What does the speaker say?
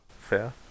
fair